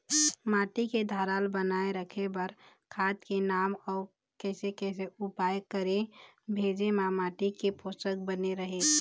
माटी के धारल बनाए रखे बार खाद के नाम अउ कैसे कैसे उपाय करें भेजे मा माटी के पोषक बने रहे?